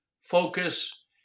focus